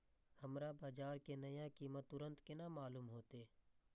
हमरा बाजार के नया कीमत तुरंत केना मालूम होते?